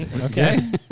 Okay